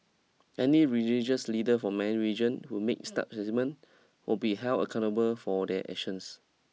any religious leader from any religion who makes such statement will be held accountable for their actions